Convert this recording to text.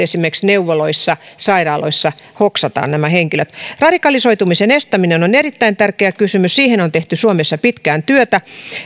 esimerkiksi neuvoloissa sairaaloissa hoksataan nämä henkilöt radikalisoitumisen estäminen on erittäin tärkeä kysymys siihen on tehty suomessa pitkään työtä